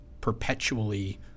perpetually